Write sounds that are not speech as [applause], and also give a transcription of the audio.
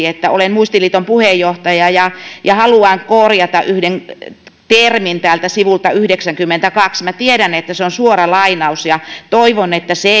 [unintelligible] että olen muistiliiton puheenjohtaja ja ja haluan korjata yhden termin täältä sivulta yhdeksäntenäkymmenentenätoisena minä tiedän että se on suora lainaus ja toivon että se [unintelligible]